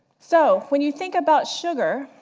so when you think about sugar,